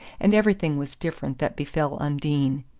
and everything was different that befell undine.